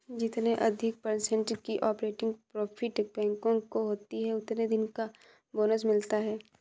जितने अधिक पर्सेन्ट की ऑपरेटिंग प्रॉफिट बैंकों को होती हैं उतने दिन का बोनस मिलता हैं